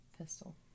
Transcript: pistol